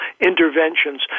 interventions